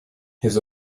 his